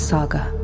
Saga